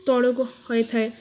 ତଳକୁ ହୋଇଥାଏ